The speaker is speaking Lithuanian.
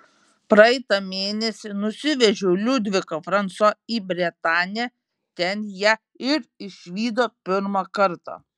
praeitą mėnesį nusivežiau liudviką fransua į bretanę ten ją ir išvydo pirmą kartą